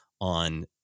on